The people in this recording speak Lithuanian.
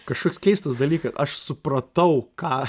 kažkoks keistas dalykas aš supratau ką